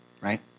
right